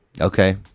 Okay